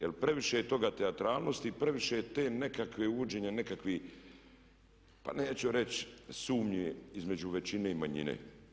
Jer previše je toga teatralnosti i previše je te nekakve, uvođenje nekakvih pa neću reći sumnji između većine i manjine.